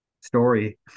story